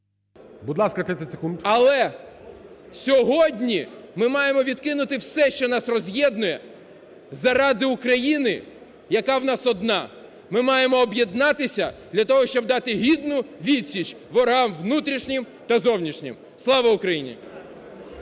але сьогодні ми маємо відкинути все, що нас роз'єднує заради України, яка в нас одна. Ми маємо об'єднатися для того, щоб дати гідну відсіч ворогам внутрішнім та зовнішнім. Слава Україні!